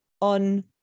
on